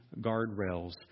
guardrails